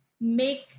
make